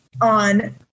on